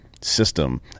system